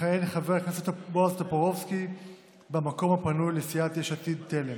יכהן חבר הכנסת בועז טופורובסקי במקום הפנוי בסיעת יש עתיד-תל"ם.